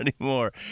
anymore